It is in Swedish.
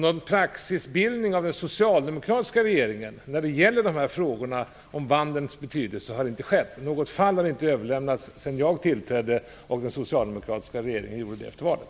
Någon praxisbildning av den socialdemokratiska regeringen när det gäller dessa frågor om vandelns betydelse har inte skett. Något sådant fall har inte överlämnats sedan jag tillträdde efter valet.